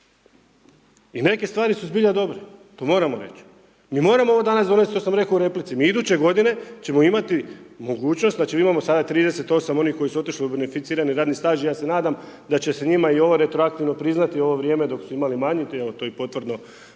I neke stvari su zbilja dobre, to moramo reći. Mi moramo ovo danas donest, to sam rekao u replici, mi iduće godine ćemo imati mogućnost, znači mi imamo sada 38 onih koji su otišli u beneficirani radni staž, ja se nadam da će se njima i ovo retroaktivno priznati, ovo vrijeme dok su imali manju, evo to i potvrdno